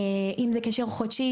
אם זה קשר חודשי,